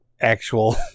actual